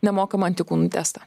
nemokamą antikūnų testą